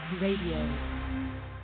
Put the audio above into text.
Radio